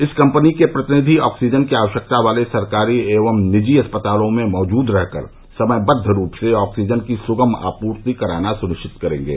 इस कम्पनी के प्रतिनिधि ऑक्सीजन की आवश्यकता वाले सरकारी एवं निजी अस्पतालों में मौजूद रहकर समयबद्व रूप से ऑक्सीजन की सुगम आपूर्ति कराना सुनिश्चित करेंगे